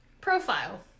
profile